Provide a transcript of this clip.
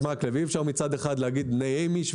אי-אפשר מצד אחד להגיד נה היימיש,